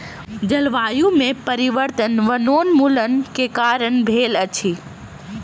जलवायु में परिवर्तन वनोन्मूलन के कारण भेल अछि